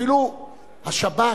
אפילו השב"כ,